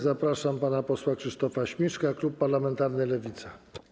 Zapraszam pana posła Krzysztofa Śmiszka, klub parlamentarny Lewica.